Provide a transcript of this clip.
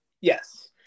Yes